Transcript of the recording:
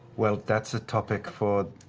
well, that's a topic for